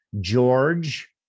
George